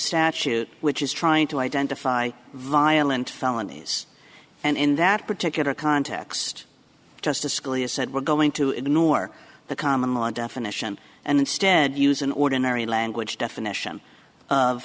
statute which is trying to identify violent felonies and in that particular context justice scalia said we're going to ignore the common law definition and instead use an ordinary language definition of